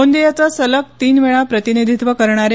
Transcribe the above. गोंदियाचं सलग तीन वेळा प्रतिनिधित्व करणारे